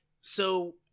so-